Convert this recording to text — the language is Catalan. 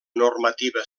normativa